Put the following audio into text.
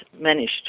managed